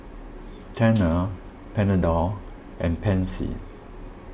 Tena Panadol and Pansy